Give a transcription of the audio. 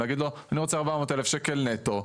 אני רוצה 400,000 שקל נטו,